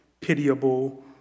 pitiable